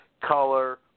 color